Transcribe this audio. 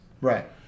Right